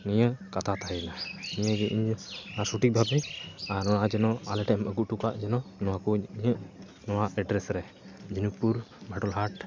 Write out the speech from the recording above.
ᱱᱤᱭᱟᱹ ᱠᱟᱛᱷᱟ ᱛᱟᱦᱮᱸᱭᱱᱟ ᱱᱤᱭᱟᱹ ᱜᱮ ᱤᱧ ᱥᱚᱴᱷᱤᱠ ᱵᱷᱟᱵᱮ ᱟᱨ ᱱᱚᱣᱟ ᱡᱮᱱᱚ ᱟᱞᱮᱴᱷᱮᱱ ᱟᱹᱜᱩ ᱚᱴᱚᱠᱟᱜ ᱡᱮᱱᱚ ᱱᱚᱣᱟᱠᱚ ᱤᱧᱟᱹᱜ ᱱᱚᱣᱟ ᱮᱰᱰᱨᱮᱹᱥ ᱨᱮ ᱡᱷᱤᱱᱩᱠᱯᱩᱨ ᱵᱟᱴᱚᱞᱦᱟᱴ